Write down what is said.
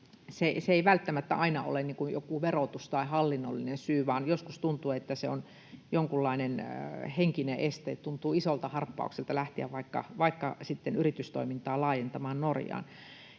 se ei välttämättä aina ole joku verotus tai hallinnollinen syy, vaan joskus tuntuu, että se on jonkunlainen henkinen este: tuntuu isolta harppaukselta lähteä vaikka sitten yritystoimintaa laajentamaan Norjaan.